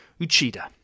Uchida